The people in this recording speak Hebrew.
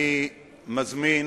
אני מזמין